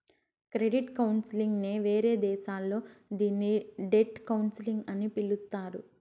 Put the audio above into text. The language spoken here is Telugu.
క్రెడిట్ కౌన్సిలింగ్ నే వేరే దేశాల్లో దీన్ని డెట్ కౌన్సిలింగ్ అని పిలుత్తారు